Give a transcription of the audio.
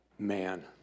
Man